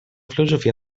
filosofia